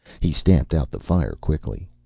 he stamped out the fire quickly.